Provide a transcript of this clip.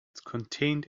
contained